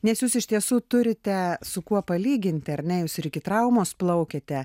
nes jūs iš tiesų turite su kuo palyginti ar ne jūs ir iki traumos plaukėte